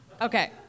Okay